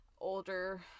older